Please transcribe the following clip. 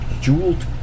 jeweled